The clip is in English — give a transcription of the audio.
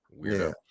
Weirdo